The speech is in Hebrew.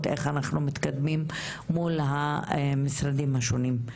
איך אנחנו ממשיכים ומתקדמים מול המשרדים השונים.